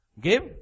give